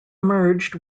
merged